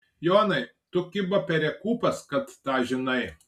jonai tu kiba perekūpas kad tą žinai